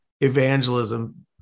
evangelism